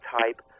type